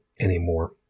anymore